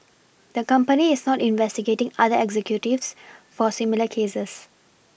the company is not investigating other executives for similar cases